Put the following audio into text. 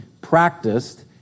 practiced